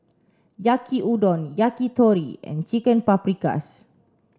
Yaki Udon Yakitori and Chicken Paprikas